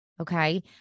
Okay